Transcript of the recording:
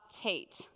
Tate